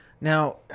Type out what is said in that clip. Now